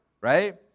right